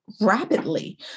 rapidly